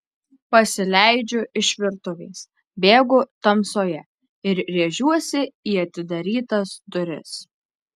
pasileidžiu iš virtuvės bėgu tamsoje ir rėžiuosi į atidarytas duris